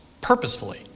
purposefully